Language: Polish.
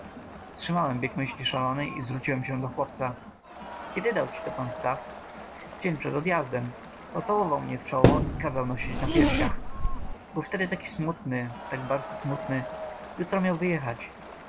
wstrzymałem bieg myśli szalonej i zwróciłem się do chłopca kiedy dał ci to pan stach dzień przed odjazdem pocałował mnie w czoło i kazał nosić na piersiach był wtedy tak smutny tak bardzo smutny jutro miał wyjechać